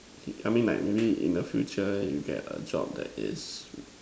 okay I mean like maybe in the future you get a job that is